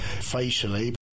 facially